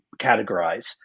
categorize